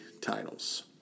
titles